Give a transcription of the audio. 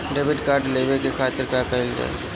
Debit card लेवे के खातिर का कइल जाइ?